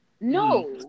no